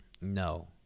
No